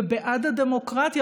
ובעד הדמוקרטיה.